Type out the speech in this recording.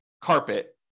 carpet